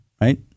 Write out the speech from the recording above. right